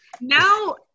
now